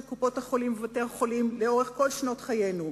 קופות-החולים ובתי-החולים לאורך כל שנותינו.